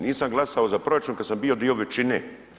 Nisam glasao za proračun kad sam bio dio većine.